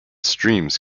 streams